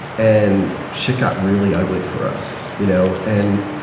and shit got really ugly for us. you know and